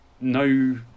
no